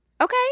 Okay